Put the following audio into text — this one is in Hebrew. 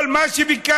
כל מה שביקשנו,